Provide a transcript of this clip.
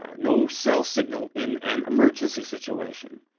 ah no cell signal in an emergency situation.